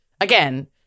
again